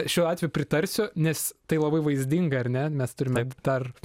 šiuo atveju pritarsiu nes tai labai vaizdinga ar ne mes turime dar